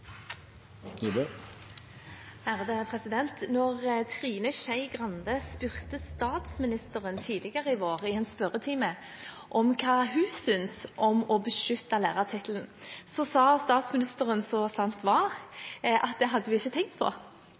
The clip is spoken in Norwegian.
Trine Skei Grande spurte statsministeren i en spørretime tidligere i vår om hva hun syntes om å beskytte lærertittelen, sa statsministeren som sant var, at det hadde hun ikke tenkt på.